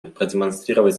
продемонстрировать